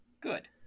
Good